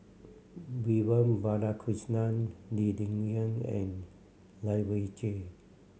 Vivian Balakrishnan Lee Ling Yen and Lai Weijie